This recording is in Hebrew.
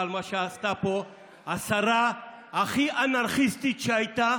על מה שעשתה פה השרה הכי אנרכיסטית שהייתה